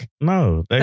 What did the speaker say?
No